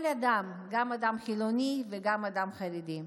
כל אדם, גם אדם חילוני וגם אדם חרדי.